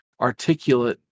articulate